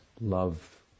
love